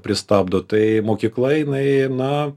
pristabdo tai mokykla jinai na